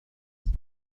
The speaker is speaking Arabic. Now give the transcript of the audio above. سمحت